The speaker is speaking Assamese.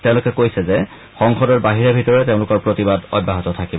তেওঁলোকে কৈছে যে সংসদৰ বাহিৰে ভিতৰে তেওঁলোকৰ প্ৰতিবাদ অব্যাহত থাকিব